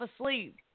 asleep